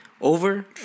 over